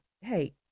hey